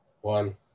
One